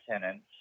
tenants